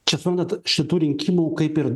čia suprantat šitų rinkimų kaip ir